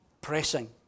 Pressing